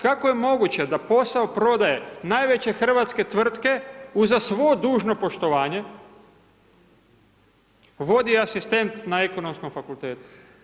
Kako je moguće da posao prodaje najveće hrvatske tvrtke uza svo dužno poštovanje vodi asistent na Ekonomskom fakultetu.